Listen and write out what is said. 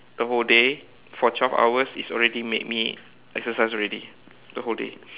the whole day for twelve hours it's already made me exercise already the whole day